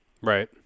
Right